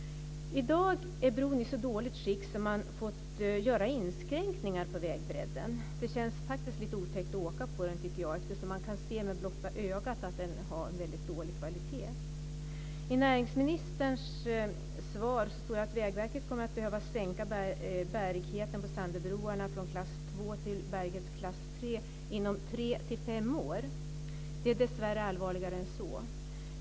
I dag är bron i så dåligt skick att man har fått göra inskränkningar på vägbredden. Det känns faktiskt lite otäckt att åka på den, tycker jag, eftersom man kan se med blotta ögat att den har väldigt dålig kvalitet. I näringsministerns svar står det att Vägverket kommer att behöva sänka bärigheten på Sandöbroarna från klass 2 till bärighetsklass 3 inom tre-fem år. Det är dessvärre allvarligare än så.